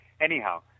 Anyhow